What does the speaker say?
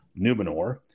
Numenor